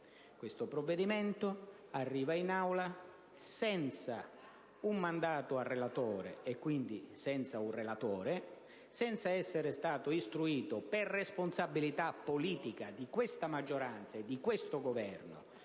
Questo provvedimento arriva in Aula senza un relatore e senza essere stato istruito, per responsabilità politica di questa maggioranza e di questo Governo,